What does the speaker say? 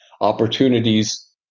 opportunities